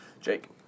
Jake